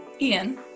Ian